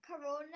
Corona